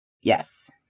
Yes